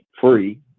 free